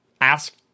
ask